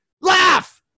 laugh